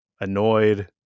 annoyed